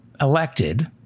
elected